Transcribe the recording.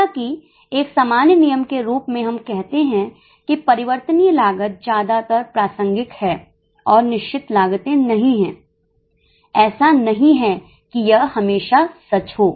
हालांकि एक सामान्य नियम के रूप में हम कहते हैं कि परिवर्तनीय लागत ज्यादातर प्रासंगिक हैं और निश्चित लागतें नहीं हैं ऐसा नहीं है कि यह हमेशा सच है